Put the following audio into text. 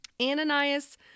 Ananias